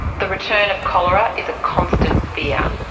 the return of cholera is a constant fear.